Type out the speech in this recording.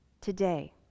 today